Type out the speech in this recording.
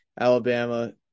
Alabama